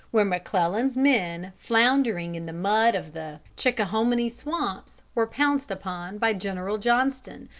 where mcclellan's men floundering in the mud of the chickahominy swamps were pounced upon by general johnston,